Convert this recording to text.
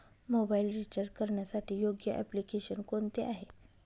Mobile recharge करण्यासाठी योग्य application कोणते आहे?